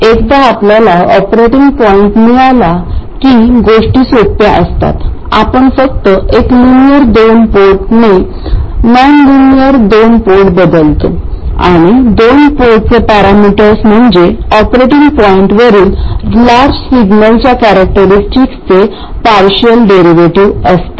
एकदा आपल्याला operating point मिळाला की गोष्टी सोप्या असतात आपण फक्त एक लीनेअर दोन पोर्टने नॉनलीनेअर दोन पोर्ट बदलतो आणि दोन पोर्टचे पॅरामीटर्स म्हणजे ऑपरेटिंग पॉईंटवरील लार्ज सिग्नलच्या कॅरॅक्टरीस्टिकचे पार्शियल डेरिव्हेटिव्ह असतात